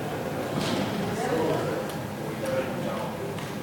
הציבור (חילוט וסמכויות פיקוח)